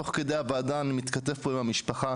תוך כדי הוועדה אני מתכתב פה עם המשפחה,